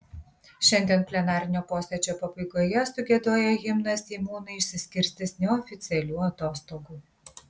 šiandien plenarinio posėdžio pabaigoje sugiedoję himną seimūnai išsiskirstys neoficialių atostogų